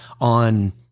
on